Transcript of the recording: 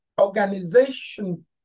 organization